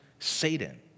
Satan